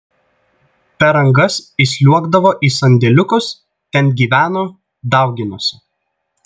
per angas įsliuogdavo į sandėliukus ten gyveno dauginosi